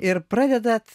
ir pradedat